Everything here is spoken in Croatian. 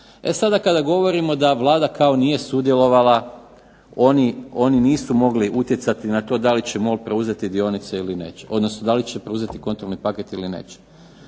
E sada kada govorimo da Vlada kao nije sudjelovala oni nisu mogli utjecati na to da li će MOL preuzeti dionice ili neće odnosno da li će preuzeti kontrolni paket ili neće.